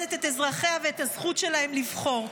שמכבדת את אזרחיה ואת הזכות שלהם לבחור.